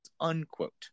unquote